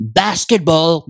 basketball